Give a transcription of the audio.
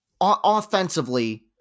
offensively